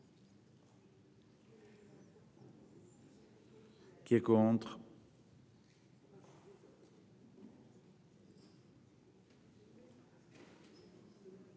Qui est contre.